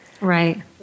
Right